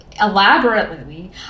elaborately